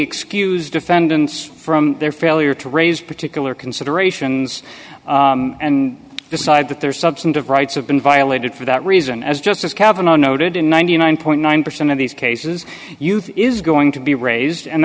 excuse defendants from their failure to raise particular considerations and decide that their substantive rights have been violated for that reason as justice cavanagh noted in ninety nine nine percent of these cases youth is going to be raised and